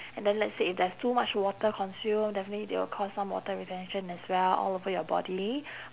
and then let's say if there's too much water consume definitely they will cause some water retention as well all over your body